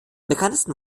bekanntesten